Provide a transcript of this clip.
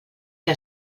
que